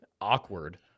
awkward